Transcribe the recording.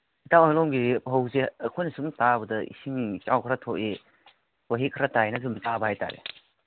ꯏꯇꯥꯎ ꯍꯣꯏꯔꯣꯝꯒꯤꯗꯤ ꯐꯧꯁꯦ ꯑꯩꯈꯣꯏꯅ ꯁꯨꯝ ꯇꯥꯕꯗ ꯏꯁꯤꯡ ꯏꯆꯥꯎ ꯈꯔ ꯊꯣꯛꯏ ꯋꯥꯍꯤꯛ ꯈꯔ ꯇꯥꯏꯅ ꯁꯨꯝ ꯇꯥꯕ ꯍꯥꯏ ꯇꯥꯔꯦ